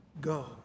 Go